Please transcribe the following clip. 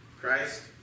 Christ